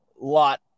lot